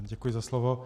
Děkuji za slovo.